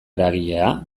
eragilea